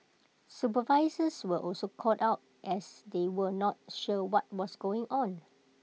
supervisors were also caught out as they were not sure what was going on